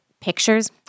pictures